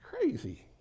Crazy